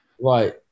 Right